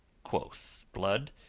quoth blood,